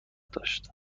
داشت